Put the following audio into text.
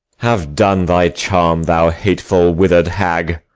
have done thy charm, thou hateful wither'd hag.